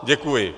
Děkuji.